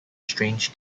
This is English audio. strange